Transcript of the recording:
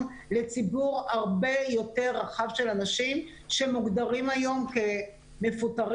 לציבור הרבה יותר רחב של אנשים שמוגדרים היום כמפוטרים,